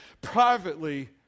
privately